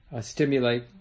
stimulate